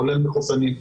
כולל מחוסנים,